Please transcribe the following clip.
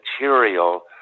material